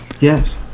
Yes